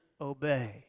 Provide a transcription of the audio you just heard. obey